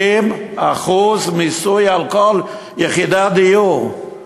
60% מס על כל יחידת דיור,